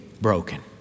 broken